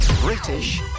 British